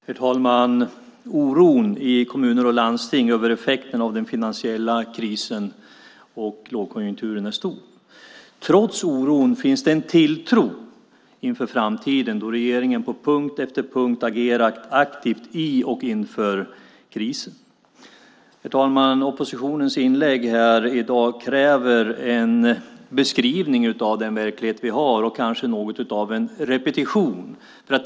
Herr talman! Oron i kommuner och landsting över effekten av den finansiella krisen och lågkonjunkturen är stor. Men trots oron finns det en tilltro inför framtiden då regeringen på punkt efter punkt agerat aktivt i och inför krisen. Herr talman! Oppositionens inlägg här i dag kräver en beskrivning, och kanske något av en repetition, av den verklighet vi har.